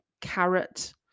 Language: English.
carrot